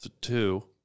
two